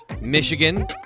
Michigan